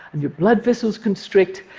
and your blood vessels constrict,